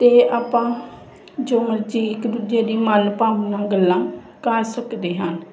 ਅਤੇ ਆਪਾਂ ਜੋ ਮਰਜ਼ੀ ਇੱਕ ਦੂਜੇ ਦੀ ਮੰਨ ਭਾਵ ਨਾਲ ਗੱਲਾਂ ਕਰ ਸਕਦੇ ਹਾਂ